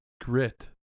Grit